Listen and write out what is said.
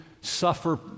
suffer